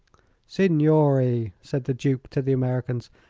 signori, said the duke to the americans,